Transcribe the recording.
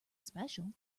special